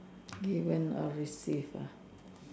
okay when I receive ah